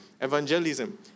evangelism